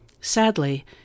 Sadly